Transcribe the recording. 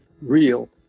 real